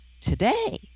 today